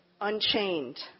unchained